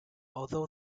although